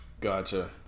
Gotcha